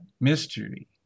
mystery